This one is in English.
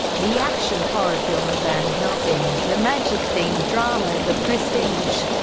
the action-horror film van helsing, the magic-themed drama the prestige,